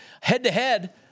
Head-to-head